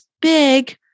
big